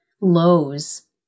lows